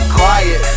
quiet